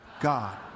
God